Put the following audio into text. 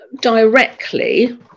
directly